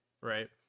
right